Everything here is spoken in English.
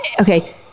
Okay